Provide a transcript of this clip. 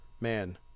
man